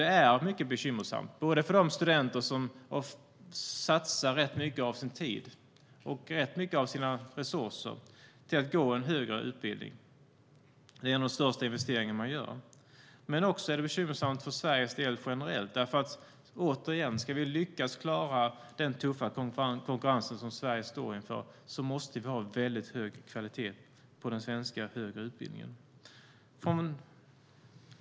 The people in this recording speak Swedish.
Detta är mycket bekymmersamt för de studenter som satsar mycket av sin tid och sina resurser på att gå en högre utbildning - det är en av de största investeringar man gör. Det är också bekymmersamt för Sveriges del generellt. Återigen: Om vi ska lyckas klara den tuffa konkurrens som Sverige står inför måste vi ha mycket hög kvalitet på den svenska högre utbildningen.